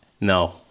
No